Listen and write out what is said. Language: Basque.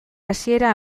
hasiera